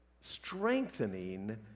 strengthening